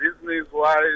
business-wise